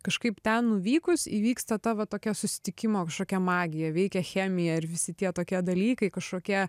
kažkaip ten nuvykus įvyksta tavo tokia susitikimo kažkokia magija veikia chemija ir visi tie tokie dalykai kažkokie